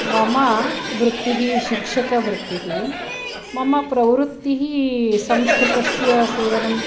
मम वृत्तिः शिक्षकवृत्तिः मम प्रवृत्तिः संस्कृतस्य सेवनं